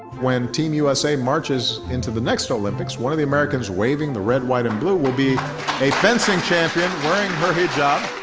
when team usa marches into the next olympics, one of the americans waving the red, white and blue will be a fencing champion wearing her hijab.